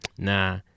nah